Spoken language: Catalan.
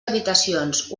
habitacions